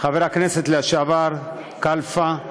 חבר הכנסת לשעבר כלפה,